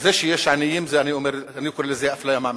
זה שיש עניים, אני קורא לזה אפליה מעמדית.